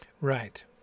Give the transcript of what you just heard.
Right